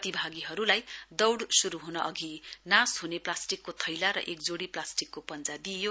प्रतिभागीहरूलाई दौढ श्रू हन अधि नाश हने प्लास्टिकको थैला र एक जोडी प्लास्टिकको पञ्जा दिइयो